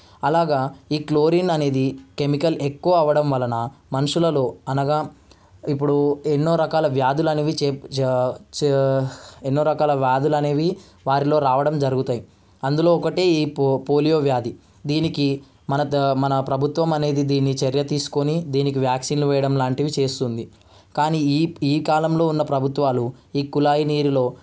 అలాగా ఈ క్లోరిన్ అనేది కెమికల్ ఎక్కువ అవ్వడం వలన మనుషులలో అనగా ఇప్పుడు ఎన్నో రకాల వ్యాధులు అనేవి ఎన్నో రకాల వ్యాధులు అనేవి వారిలో రావడం జరుగుతాయి అందులో ఒకటి ఈ పో పోలియో వ్యాధి దీనికి మన ద మన ప్రభుత్వం అనేది దీని చర్య తీసుకుని దీనికి వ్యాక్సిన్లు వేయడం లాంటివి చేస్తుంది కానీ ఈ ఈ కాలంలో ఉన్న ప్రభుత్వాలు ఈ కుళాయి నీరులో